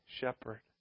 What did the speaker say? shepherd